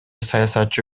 саясатчы